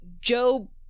Joe